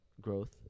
growth